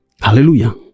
Hallelujah